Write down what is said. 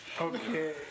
Okay